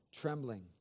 trembling